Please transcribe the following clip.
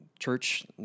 church